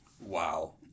Wow